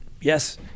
Yes